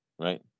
right